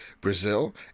Brazil